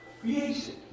Creation